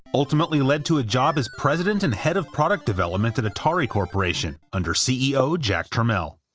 ultimately lead to a job as president and head of product development at atari corporation under ceo jack tramiel.